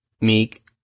Meek